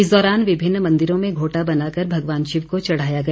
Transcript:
इस दौरान विभिन्न मंदिरों में घोटा बनाकर भगवान शिव को चढ़ाया गया